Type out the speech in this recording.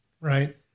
right